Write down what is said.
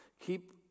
keep